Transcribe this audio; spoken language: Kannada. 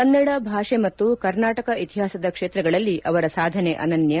ಕನ್ನಡ ಭಾಷೆ ಮತ್ತು ಕರ್ನಾಟಕ ಇತಿಹಾಸದ ಕ್ಷೇತ್ರಗಳಲ್ಲಿ ಅವರ ಸಾಧನೆ ಅನನ್ಯ